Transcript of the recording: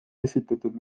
esitatud